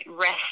rest